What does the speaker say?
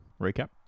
Recap